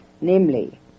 namely